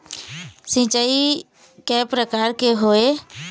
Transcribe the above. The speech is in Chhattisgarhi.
सिचाई कय प्रकार के होये?